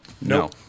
No